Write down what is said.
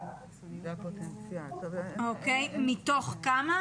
אנחנו יודעים מתוך כמה?